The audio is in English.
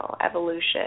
evolution